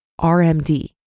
RMD